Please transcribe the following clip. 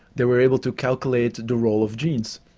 they were able to calculate the role of genes,